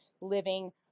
living